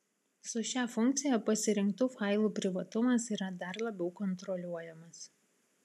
su šia funkcija pasirinktų failų privatumas yra dar labiau kontroliuojamas